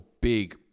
big